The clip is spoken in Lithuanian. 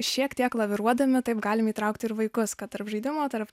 šiek tiek laviruodami taip galim įtraukti ir vaikus kad tarp žaidimo tarp